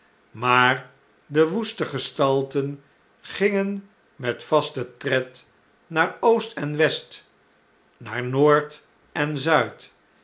maar de woeste gestagen gingen met vasten tred naar oost en west naar noord en zuid